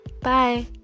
bye